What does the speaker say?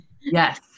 Yes